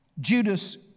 Judas